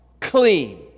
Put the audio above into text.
clean